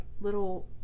little